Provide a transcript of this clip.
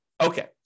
Okay